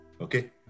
Okay